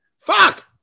Fuck